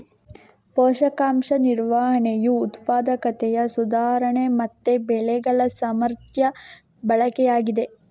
ಪೋಷಕಾಂಶ ನಿರ್ವಹಣೆಯು ಉತ್ಪಾದಕತೆಯ ಸುಧಾರಣೆ ಮತ್ತೆ ಬೆಳೆಗಳ ಸಮರ್ಥ ಬಳಕೆಯಾಗಿದೆ